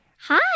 Hi